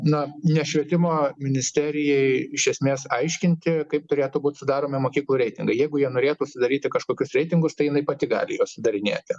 na ne švietimo ministerijai iš esmės aiškinti kaip turėtų būt sudaromi mokyklų reitingai jeigu jie norėtų sudaryti kažkokius reitingus tai jinai pati gali juos sudarinėti